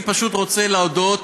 אני פשוט רוצה להודות